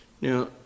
Now